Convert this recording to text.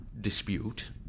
dispute